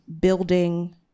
building